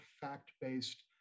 fact-based